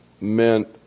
meant